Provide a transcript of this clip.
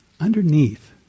Underneath